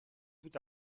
tout